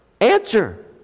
Answer